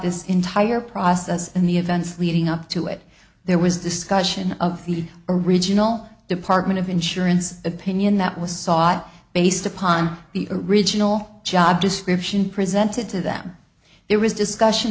this entire process and the events leading up to it there was discussion of the original department of insurance opinion that was sought based upon the original job description presented to them there was discussion